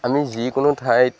আমি যিকোনো ঠাইত